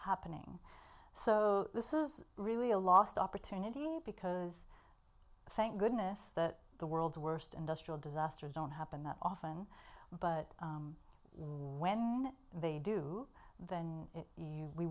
happening so this is really a lost opportunity because thank goodness that the world's worst industrial disaster don't happen that often but when they do th